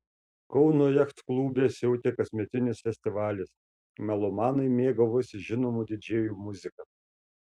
kauno jachtklube siautė kasmetinis festivalis melomanai mėgavosi žinomų didžėjų muzika